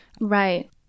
Right